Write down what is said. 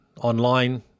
online